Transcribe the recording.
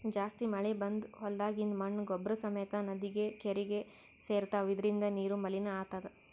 ಜಾಸ್ತಿ ಮಳಿ ಬಂದ್ ಹೊಲ್ದಾಗಿಂದ್ ಮಣ್ಣ್ ಗೊಬ್ಬರ್ ಸಮೇತ್ ನದಿ ಕೆರೀಗಿ ಸೇರ್ತವ್ ಇದರಿಂದ ನೀರು ಮಲಿನ್ ಆತದ್